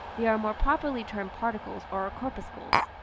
they are more properly termed particles or corpuscles.